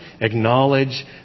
acknowledge